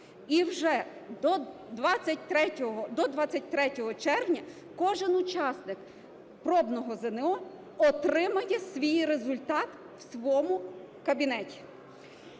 І вже до 23 червня кожен учасник пробного ЗНО отримує свій результат у своєму кабінеті.